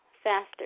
Faster